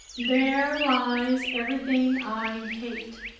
there lies everything i hate!